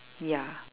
ya